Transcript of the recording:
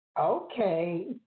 Okay